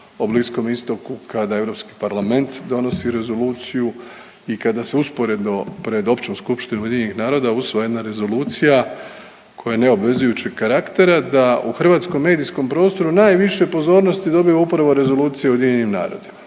o Bliskom istoku, kada Europski parlament donosi Rezoluciju i kada se usporedno pred Općom skupštinom UN-a usvojena Rezolucija koja je neobvezujućeg karaktera da u hrvatskom medijskom prostoru najviše pozornosti dobiva upravo Rezolucija UN-a. Ni riječi